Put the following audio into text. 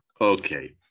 okay